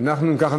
אם כך,